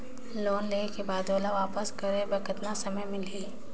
Loan लेहे के बाद ओला वापस करे बर कतना समय मिलही?